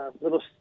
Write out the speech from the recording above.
little